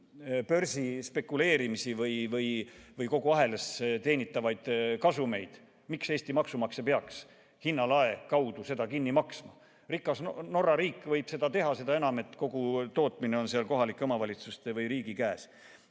börsi spekuleerimisi või kogu ahelas teenitavaid kasumeid. Miks Eesti maksumaksja peaks hinnalae kaudu seda kinni maksma? Rikas Norra riik võib seda teha, seda enam, et kogu tootmine on seal kohalike omavalitsuste või riigi käes.